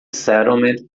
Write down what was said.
settlement